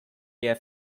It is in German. eher